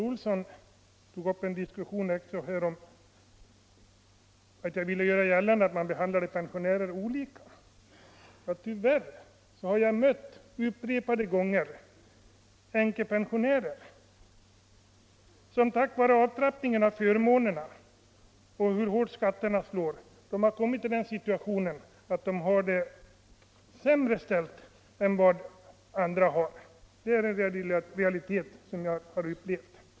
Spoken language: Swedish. Sedan sade herr Olsson i Stockholm att jag gjorde gällande att man behandlade pensionärerna olika. Ja, det är tyvärr så. Jag har upprepade gånger mött änkepensionärer, som på grund av avtrappningen av förmånerna och därför att skatterna slår så hårt har hamnat i den situationen att de har det sämre ställt än andra. Det är den realiteten jag har upplevt.